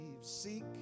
Seek